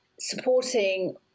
supporting